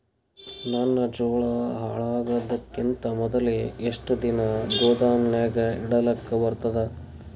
ನನ್ನ ಜೋಳಾ ಹಾಳಾಗದಕ್ಕಿಂತ ಮೊದಲೇ ಎಷ್ಟು ದಿನ ಗೊದಾಮನ್ಯಾಗ ಇಡಲಕ ಬರ್ತಾದ?